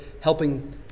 helping